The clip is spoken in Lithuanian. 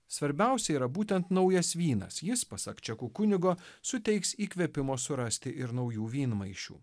svarbiausia yra būtent naujas vynas jis pasak čekų kunigo suteiks įkvėpimo surasti ir naujų vynmaišių